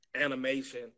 animation